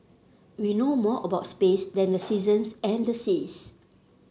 we know more about space than the seasons and the seas